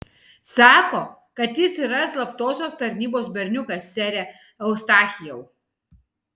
sako kad jis yra slaptosios tarnybos berniukas sere eustachijau